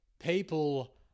People